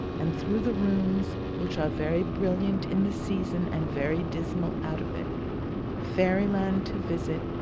and through the rooms, which are very brilliant in the season and very dismal out of it fairy-land to visit,